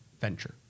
venture